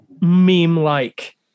meme-like